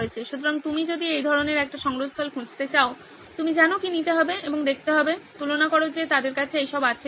সুতরাং তুমি যদি এই ধরনের একটি সংগ্রহস্থল খুঁজতে চাও তুমি জানো কি নিতে হবে এবং দেখতে হবে তুলনা করো যে তাদের কাছে এই সব আছে কিনা